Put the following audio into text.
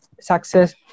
success